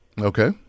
Okay